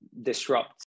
disrupt